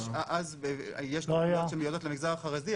יש תוכניות שמיועדות למגזר החרדי,